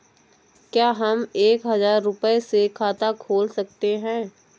क्या हम एक हजार रुपये से खाता खोल सकते हैं?